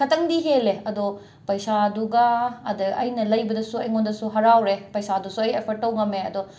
ꯈꯇꯪꯗꯤ ꯍꯦꯜꯂꯦ ꯑꯗꯣ ꯄꯩꯁꯥꯗꯨꯒ ꯑꯗ ꯑꯩꯅ ꯂꯩꯕꯗꯁꯨ ꯑꯩꯉꯣꯟꯗꯁꯨ ꯍꯔꯥꯎꯔꯦ ꯄꯩꯁꯥꯗꯨꯁꯨ ꯑꯩ ꯑꯦꯐꯠ ꯇꯧ ꯉꯝꯃꯦ ꯑꯗꯣ